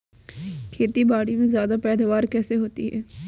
खेतीबाड़ी में ज्यादा पैदावार कैसे होती है?